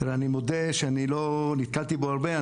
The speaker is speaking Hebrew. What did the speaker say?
אני מודה שאני לא נתקלתי בו הרבה.